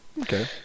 okay